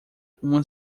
uma